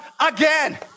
again